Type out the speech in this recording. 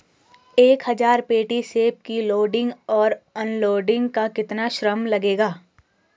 एक हज़ार पेटी सेब की लोडिंग और अनलोडिंग का कितना श्रम मिलेगा?